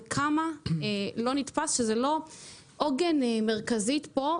וכמה לא נתפס שזה לא עוגן מרכזי פה,